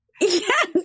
Yes